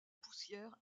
poussière